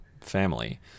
family